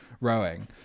rowing